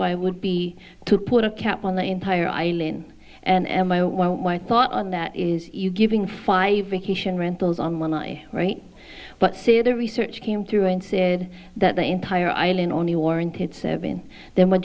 that i would be to put a cap on the entire island and while my thought on that is giving five vacation rentals on one i right but say the research came through and said that the entire island only warranted seven then what